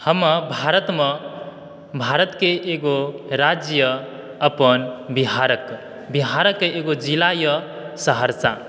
हम भारतमे भारत के एगो राज्य अपन बिहारक बिहारक एगो ज़िला यऽ सहरसा